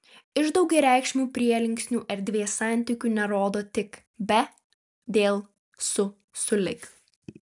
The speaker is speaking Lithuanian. iš daugiareikšmių prielinksnių erdvės santykių nerodo tik be dėl su sulig